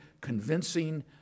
convincing